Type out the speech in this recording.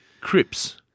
crips